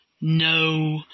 no